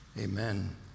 amen